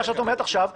מה שאת אומרת עכשיו,